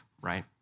right